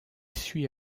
suit